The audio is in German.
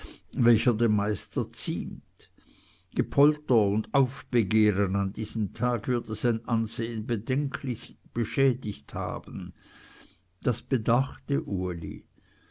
welcher dem meister ziemt gepolter und aufbegehren an diesem tage würde sein ansehen bedenklich geschädigt haben das bedachte uli